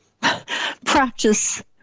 practice